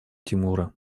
тимура